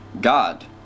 God